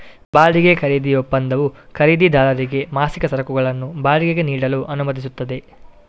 ಬಾಡಿಗೆ ಖರೀದಿ ಒಪ್ಪಂದವು ಖರೀದಿದಾರರಿಗೆ ಮಾಸಿಕ ಸರಕುಗಳನ್ನು ಬಾಡಿಗೆಗೆ ನೀಡಲು ಅನುಮತಿಸುತ್ತದೆ